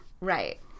Right